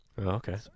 Okay